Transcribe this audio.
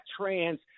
trans